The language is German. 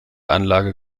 anlage